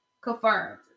Confirmed